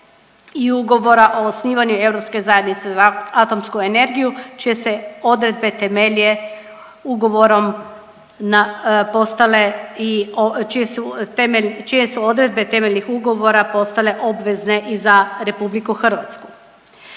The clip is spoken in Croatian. i Ugovora o osnivanju Europske zajednice za atomsku energiju čije se odredbe temelje ugovorom na, čije su odredbe temeljnih ugovora postale obvezne i za Republiku Hrvatsku.